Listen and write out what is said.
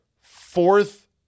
fourth